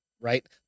right